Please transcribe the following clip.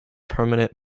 permanent